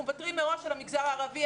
אנחנו מוותרים מראש על המגזר הערבי,